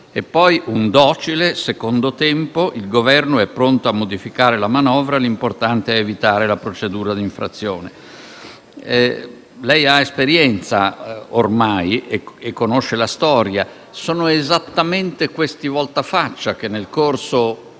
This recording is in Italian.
E poi un docile secondo tempo: «Il Governo è pronto a modificare la manovra, l'importante è evitare la procedura di infrazione». Lei ha esperienza ormai e conosce la storia; sono esattamente questi voltafaccia che, nel corso